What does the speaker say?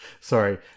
sorry